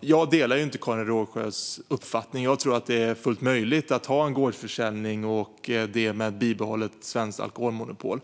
Jag delar inte Karin Rågsjös uppfattning. Jag tror att det är fullt möjligt att ha en gårdsförsäljning med ett bibehållet svenskt alkoholmonopol.